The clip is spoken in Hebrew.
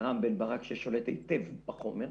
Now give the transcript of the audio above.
רם בן ברק ששולט היטב בחומר.